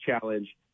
challenge